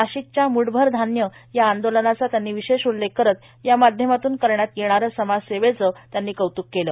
नाशिकच्या मुठभर धान्य या आंदोलनाचा त्यांनी विशेष उल्लेख करत यामाध्यमातून करण्यात येणारं समाज सेवेचं त्यांनी कौतूक केलं